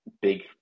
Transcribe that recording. big